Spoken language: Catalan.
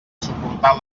suportar